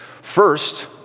First